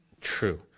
True